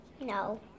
No